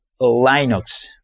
Linux